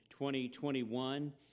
2021